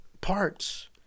parts